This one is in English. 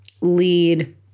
lead